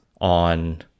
on